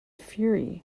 fury